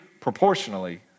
proportionally